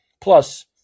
Plus